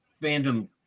fandom